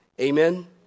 Amen